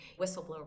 whistleblower